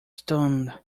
stunned